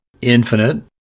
infinite